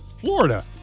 Florida